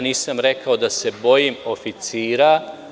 Nisam rekao da se bojim oficira.